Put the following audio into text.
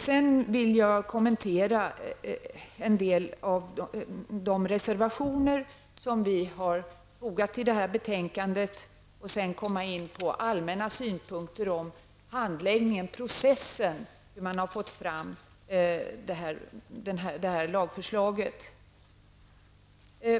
Jag vill så kommentera en del av de reservationer som vi har fogat till betänkandet och sedan komma in på allmänna synpunkter om handläggningen, processen, hur man har fått fram lagförslaget.